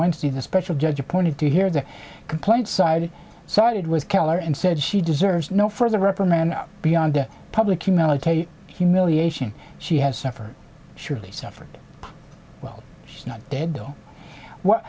wednesday the special judge appointed to hear the complaint side sided was keller and said she deserves no further reprimand beyond the public humiliation she has suffered surely suffered well